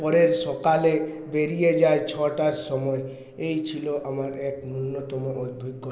পরের সকালে বেড়িয়ে যাই ছটার সময়ে এই ছিল আমাদের ন্যূনতম অভিজ্ঞতা